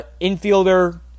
Infielder